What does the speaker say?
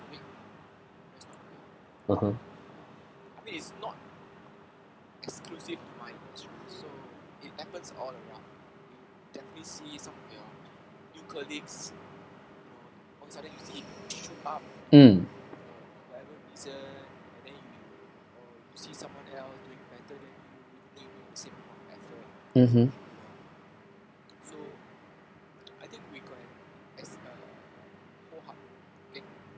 (uh huh) um mmhmm